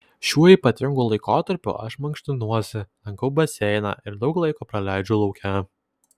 šiuo ypatingu laikotarpiu aš mankštinuosi lankau baseiną ir daug laiko praleidžiu lauke